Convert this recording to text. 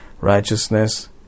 righteousness